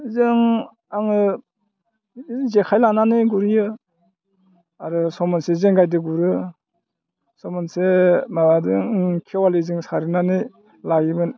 जों आङो जेखाइ लानानै गुरहैयो आरो सम मोनसो जेंगायदों गुरो सम मोनसे माबाजों खेवालिजों सारनानै लायोमोन